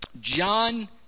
john